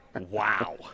Wow